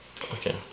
Okay